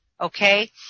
Okay